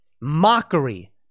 mockery